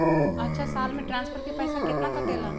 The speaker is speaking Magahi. अछा साल मे ट्रांसफर के पैसा केतना कटेला?